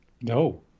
No